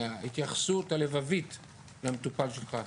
מההתייחסות הלבבית למטופל שלך.